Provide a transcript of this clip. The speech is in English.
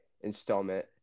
installment